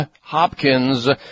Hopkins